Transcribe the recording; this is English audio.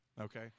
Okay